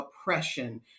oppression